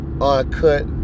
uncut